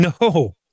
no